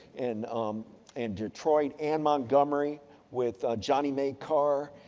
and um and detroit and montgomery with johnnie may carr.